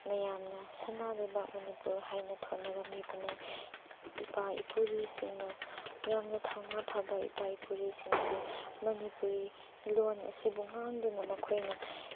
ꯃꯌꯥꯝꯅ ꯁꯅꯥ ꯂꯩꯕꯥꯛ ꯃꯅꯤꯄꯨꯔ ꯍꯥꯏꯅ ꯊꯣꯟꯅꯔꯝꯃꯤꯕꯅꯤ ꯏꯄꯥ ꯏꯄꯨꯔꯤꯁꯤꯡꯅ ꯌꯥꯝꯅ ꯊꯧꯅꯥ ꯐꯥꯕ ꯏꯄꯥ ꯏꯄꯨꯔꯤꯁꯤꯡꯁꯦ ꯃꯅꯤꯄꯨꯔꯤ ꯂꯣꯟ ꯑꯁꯤꯕꯨ ꯉꯥꯡꯗꯨꯅ ꯃꯈꯣꯏꯅ